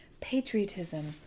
patriotism